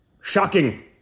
Shocking